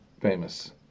famous